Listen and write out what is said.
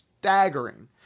staggering